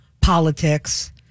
politics